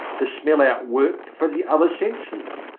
to smell out work for the other senses.